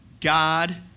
God